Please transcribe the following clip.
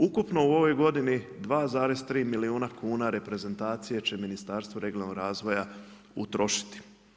Ukupno u ovoj godini 2,3 milijuna reprezentacije će Ministarstvo regionalnog razvoja utrošiti.